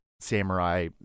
samurai